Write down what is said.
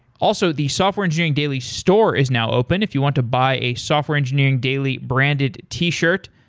also, the software engineering daily store is now open. if you want to buy a software engineering daily branded t-shirt,